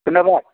खोनाबाय